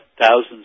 thousands